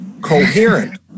coherent